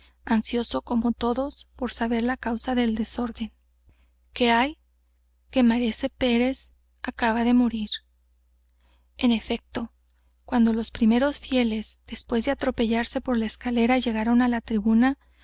ansioso como todos por saber la causa de aquel desorden qué hay que maese pérez acaba de morir en efecto cuando los primeros fieles después de atropellarse por la escalera llegaron á la tribuna